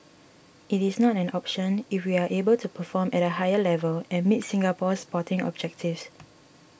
it is not an option if we are able to perform at a higher level and meet Singapore's sporting objectives